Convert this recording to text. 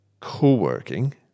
co-working